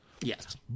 Yes